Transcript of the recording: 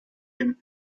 him